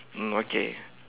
mm okay